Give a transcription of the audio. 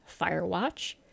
Firewatch